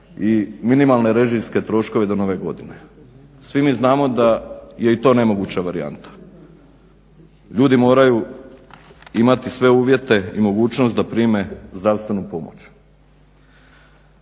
i minimalne režijske troškove do nove godine. svi mi znamo da je i to nemoguća varijanta. Ljudi moraju imati sve uvjete i mogućnost da prime zdravstvenu pomoć.